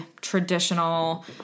traditional